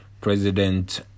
President